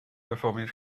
perfformiad